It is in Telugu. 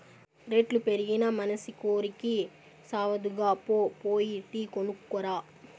రేట్లు పెరిగినా మనసి కోరికి సావదుగా, పో పోయి టీ కొనుక్కు రా